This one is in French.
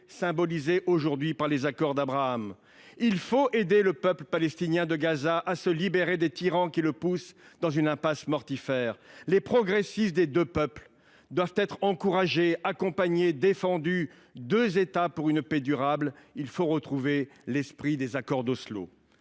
symbolisée aujourd’hui par les accords d’Abraham. Il faut aider le peuple palestinien de Gaza à se libérer des tyrans qui le poussent dans une impasse mortifère. Les progressistes des deux peuples doivent être encouragés, accompagnés et défendus. Deux États pour une paix durable : il faut retrouver l’esprit des accords d’Oslo.